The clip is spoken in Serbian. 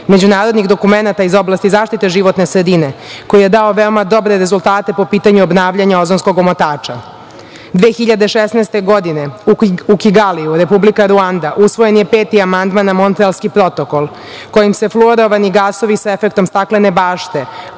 međunarodnih dokumenata iz oblasti zaštite životne sredine, koji je dao veoma dobre rezultate po pitanju obavljanja ozonskog omotača. Godine 2016. u Kigaliju, Republika Ruanda, usvojen je 5. amandman na Montrealski protokol kojim se fluorovani gasovi sa efektom staklane bašte,